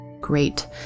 Great